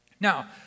Now